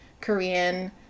Korean